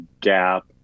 gap